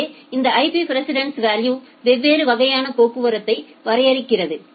எனவே இந்த IP precedence value வெவ்வேறு வகையான போக்குவரத்தை வரையறுக்கிறது